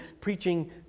preaching